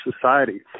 society